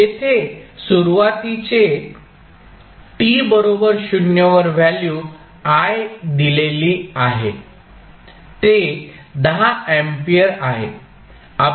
येथे सुरुवातीचे t बरोबर 0 वर व्हॅल्यू I दिलेली आहे ते 10 अँपिअर आहे